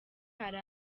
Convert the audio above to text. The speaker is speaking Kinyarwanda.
hari